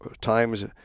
times